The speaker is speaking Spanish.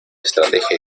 estrategia